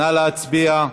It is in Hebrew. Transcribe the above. נא להצביע.